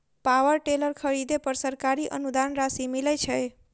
Power tiller खरीदे पर सरकारी अनुदान राशि मिलय छैय?